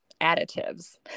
additives